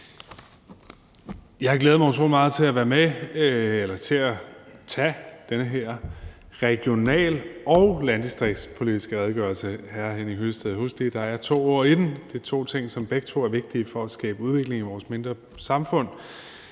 Jeg har glædet mig utrolig meget til at tage den her regional- og landdistriktspolitiske redegørelse – hr. Henning Hyllested, husk lige, at der er to ord i det, og det er to ting, som begge to er vigtige for at skabe udvikling i vores mindre samfund.